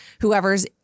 whoever's